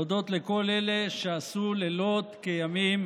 להודות לכל אלה שעשו לילות כימים